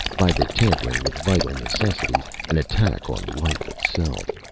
by the tampering with vital necessities, an attack on life itself.